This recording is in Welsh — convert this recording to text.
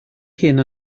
hyn